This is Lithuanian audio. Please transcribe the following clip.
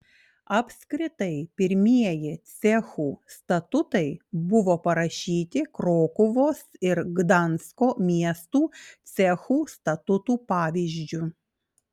apskritai pirmieji cechų statutai buvo parašyti krokuvos ir gdansko miestų cechų statutų pavyzdžiu